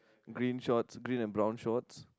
green shorts green and brown shorts